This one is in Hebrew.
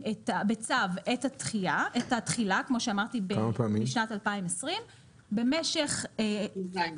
בצו את התחילה כמו שאמרתי, משנת 2020. כמה פעמים?